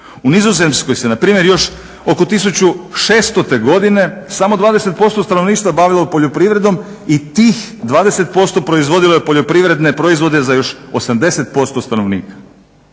U Nizozemskoj se npr. još oko 1600.godine samo 20% stanovništva bavilo poljoprivredom i tih 20% proizvodilo je poljoprivredne proizvode za još 80% stanovnika.